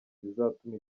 bizatuma